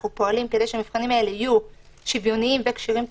אנחנו פועלים כדי שהמבחנים האלה יהיו שוויוניים וכשירים תרבותית.